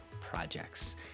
projects